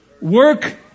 Work